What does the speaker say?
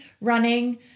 running